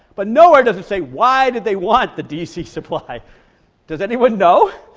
but nowhere does it say why did they want the dc supply does anyone know?